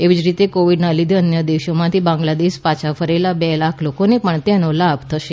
એવી જ રીતે કોવિડના લીધે અન્ય દેશમાંથી બાંગ્લાદેશ પાછા ફરેલા બે લાખ લોકોને પણ તેનો લાભ થશે